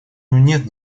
нет